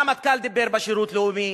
הרמטכ"ל דיבר על שירות לאומי,